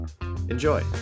Enjoy